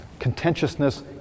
contentiousness